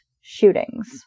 shootings